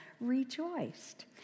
rejoiced